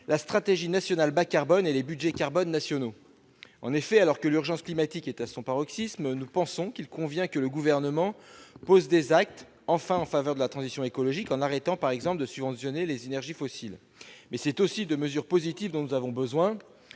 la stratégie nationale bas carbone et les Budgets carbone nationaux, en effet, alors que l'urgence climatique est à son paroxysme, nous pensons qu'il convient que le gouvernement pose des actes enfin en faveur de la transition écologique en arrêtant par exemple de subventionner les énergies fossiles, mais c'est aussi de mesures positives dont nous avons besoin,